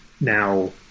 Now